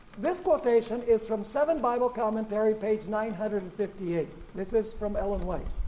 this quotation is from seven bible commentary page nine hundred and fifty eight, this is from ellen white.